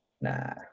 Nah